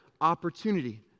Opportunity